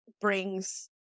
brings